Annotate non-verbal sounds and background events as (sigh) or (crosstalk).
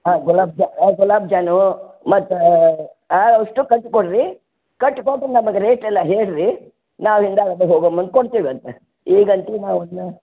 ಹಾಂ ಗುಲಾಬ್ ಜಾ ಹಾಂ ಗುಲಾಬ್ ಜಾನು ಮತ್ತು ಹಾಂ ಅಷ್ಟು ಕಟ್ಟಿ ಕೊಡಿರಿ ಕಟ್ಟಿ ಕೊಟ್ಟು ನಮಗೆ ರೇಟೆಲ್ಲ ಹೇಳಿರಿ ನಾವು (unintelligible) ಹೋಗೋ ಮುಂದೆ ಕೊಡ್ತೀವಂತೆ ಐದು ಗಂಟೆ ನಾವು ಅದನ್ನ